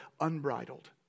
unbridled